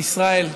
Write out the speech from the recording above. עם ישראל,